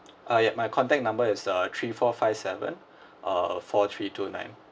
uh yup my contact number is uh three four five seven uh four three two nine